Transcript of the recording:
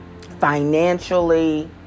financially